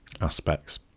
aspects